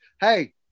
hey